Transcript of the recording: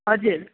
हजुर